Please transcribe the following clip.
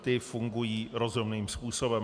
Ty fungují rozumným způsobem.